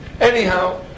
Anyhow